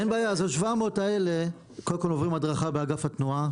אז ה-700 האלה קודם כל עוברים הדרכה באגף התנועה,